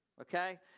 okay